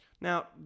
Now